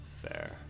Fair